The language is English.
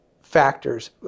factors